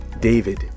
David